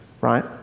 right